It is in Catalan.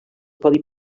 codi